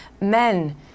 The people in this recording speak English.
men